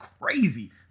crazy